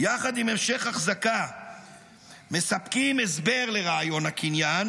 יחד עם המשך החזקה מספקים הסבר לרעיון הקניין,